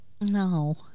No